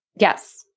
Yes